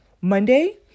Monday